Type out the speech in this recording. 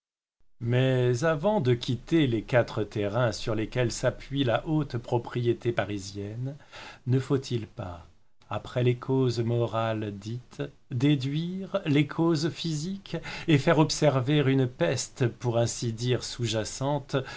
mais avant de quitter les quatre terrains sur lesquels s'appuie la haute propriété parisienne ne faut-il pas après les causes morales dites déduire les causes physiques et faire observer une peste pour ainsi dire sous jacente